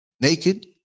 naked